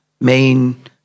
main